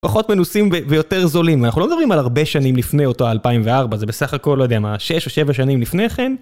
פחות מנוסים ויותר זולים, אנחנו לא מדברים על הרבה שנים לפני אותו ה-2004, זה בסך הכל לא יודע מה, 6 או 7 שנים לפני כן?